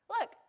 Look